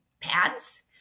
pads